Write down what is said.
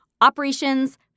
operations